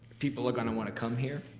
people are gonna wanna come here,